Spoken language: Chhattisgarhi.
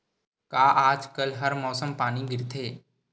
का आज कल हर मौसम पानी गिरथे?